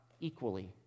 equally